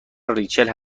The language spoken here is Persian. ریچل